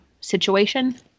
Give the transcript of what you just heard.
situation